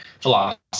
philosophy